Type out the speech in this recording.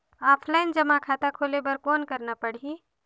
Offline जमा खाता खोले बर कौन करना पड़ही?